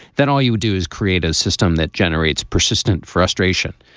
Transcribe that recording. then all you do is create a system that generates persistent frustration.